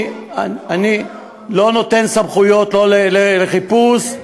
אני לא נותן סמכויות לא לחיפוש,